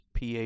PA